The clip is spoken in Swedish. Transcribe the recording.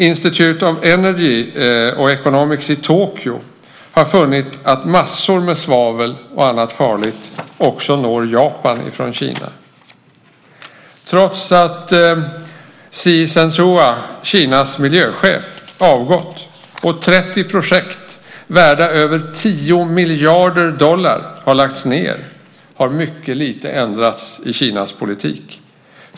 Institute of Energy Economics i Tokyo har dessutom funnit att mängder av svavel och andra farliga ämnen når Japan från Kina. Trots att Kinas miljöchef Xie Zhenhua avgått och 30 projekt värda över 10 miljarder dollar lagts ned har mycket lite ändrats i Kinas politik.